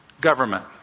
government